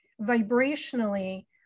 vibrationally